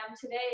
today